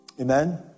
Amen